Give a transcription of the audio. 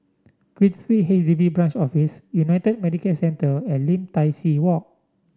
Queensway H D B Branch Office United Medicare Centre and Lim Tai See Walk